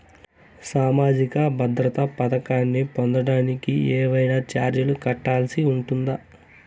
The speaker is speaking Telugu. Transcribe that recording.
సామాజిక భద్రత పథకాన్ని పొందడానికి ఏవైనా చార్జీలు కట్టాల్సి ఉంటుందా?